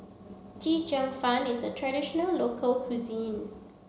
Chee cheong fun is a traditional local cuisine